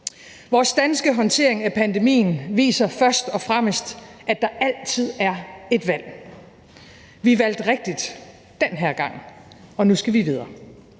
Vores danske håndtering af pandemien viser først og fremmest, at der altid er et valg. Vi valgte rigtigt den her gang, og nu skal vi videre.